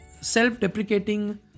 self-deprecating